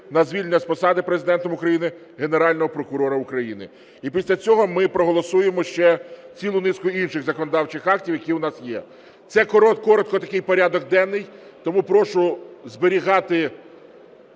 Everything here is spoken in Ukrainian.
на звільнення з посади Президентом України Генерального прокурора України. І після цього ми проголосуємо ще цілу низку інших законодавчих актів, які у нас є. Це коротко такий порядок денний. Тому прошу зберігати